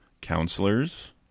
counselors